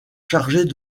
chargés